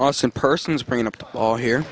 awesome person is bringing up the ball here